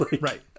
right